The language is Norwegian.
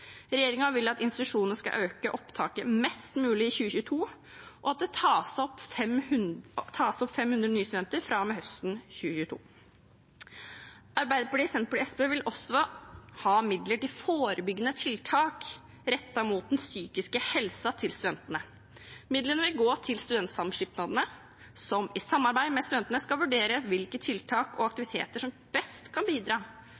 vil at institusjonene skal øke opptaket mest mulig i 2022, og at det tas opp 500 nye studenter fra og med høsten 2022. Arbeiderpartiet, Senterpartiet og SV vil også ha midler til forebyggende tiltak rettet mot den psykiske helsen til studentene. Midlene vil gå til studentsamskipnadene, som i samarbeid med studentene skal vurdere hvilke tiltak og aktiviteter som best kan bidra